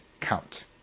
count